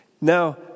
Now